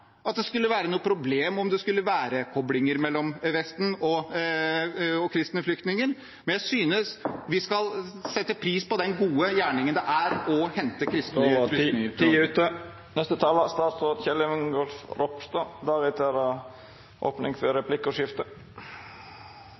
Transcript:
at det skulle være noe problem om det skulle være koblinger mellom Vesten og kristne flyktninger, men jeg synes vi skal sette pris på den gode gjerningen det er å hente kristne flyktninger til Norge. Då er tida ute.